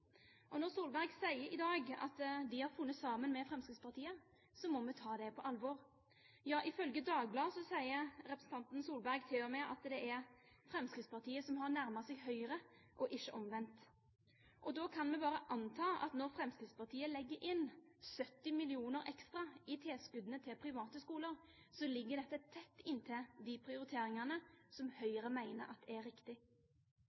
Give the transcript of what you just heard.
tilbake. Når Solberg sier i dag at de har funnet sammen med Fremskrittspartiet, må vi ta det på alvor. Ja, ifølge Dagbladet sier representanten Solberg til og med at det er Fremskrittspartiet som har nærmet seg Høyre, og ikke omvendt. Da kan vi bare anta at når Fremskrittspartiet legger inn 70 mill. kr ekstra i tilskudd til private skoler, ligger dette tett inntil de prioriteringene som Høyre mener er riktig.